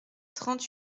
trente